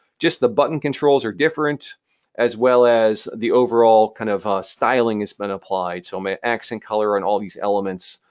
just the button controls are different as well as the overall kind of styling has been applied. so, accent color and all of these elements.